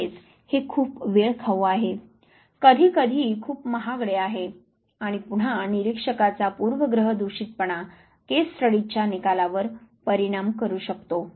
तसेच हे खूप वेळ खाऊ आहे कधीकधी खूप महागडे आहे आणि पुन्हा निरीक्षकाचा पूर्व गृह दूषित पणा केस स्टडीजच्या निकालावर परिणाम करू शकतो